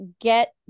get